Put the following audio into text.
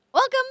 Welcome